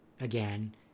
again